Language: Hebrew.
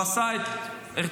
הוא עשה את חלקו,